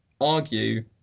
argue